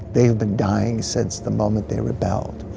they have been dying since the moment they rebelled.